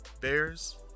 Bears